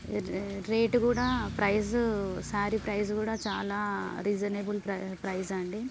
rate కూడా price sari price కూడా చాలా రీజనబుల్ ప్రైజ్ అండి